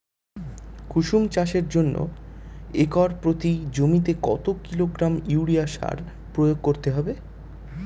কুসুম চাষের জন্য একর প্রতি জমিতে কত কিলোগ্রাম ইউরিয়া সার প্রয়োগ করতে হবে?